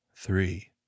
three